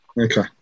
Okay